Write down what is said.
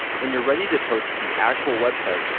when you're ready to post to the actual website,